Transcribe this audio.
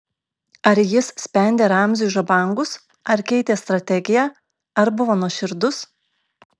ar jis spendė ramziui žabangus ar keitė strategiją ar buvo nuoširdus